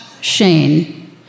Shane